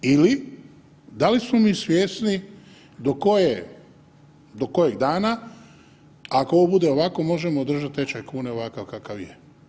Ili da li smo mi svjesni do koje, do kojeg dana ako ovo bude ovako možemo održati tečaj kune ovakav kakav je.